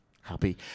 Happy